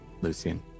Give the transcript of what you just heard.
Lucian